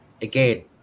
again